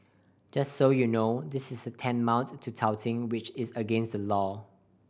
just so you know this is tantamount to touting which is against the law